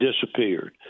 disappeared